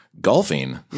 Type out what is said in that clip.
Golfing